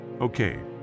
Okay